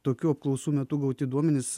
tokių apklausų metu gauti duomenys